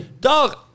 Dog